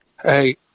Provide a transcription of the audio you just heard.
Hey